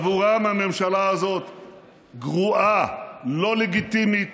עבורם הממשלה הזאת גרועה, לא לגיטימית,